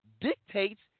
dictates